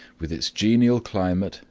with its genial climate,